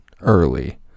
early